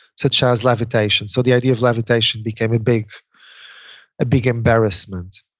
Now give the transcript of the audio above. such as levitation. so the idea of levitation became a big big embarrassment.